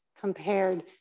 compared